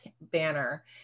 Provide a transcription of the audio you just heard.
banner